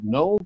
no